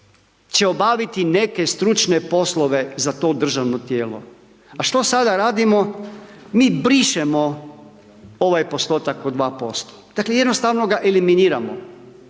će obaviti neke stručne poslove za to državno tijelo. A što sada radimo mi brišemo ovaj postotak od 2%, dakle jednostavno ga eliminiramo,